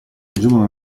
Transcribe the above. aggiungono